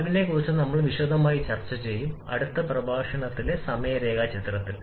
വാൽവിനെക്കുറിച്ച് നമ്മൾ വിശദമായി ചർച്ച ചെയ്യും അടുത്ത പ്രഭാഷണത്തിലെ സമയ രേഖാചിത്രം